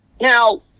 Now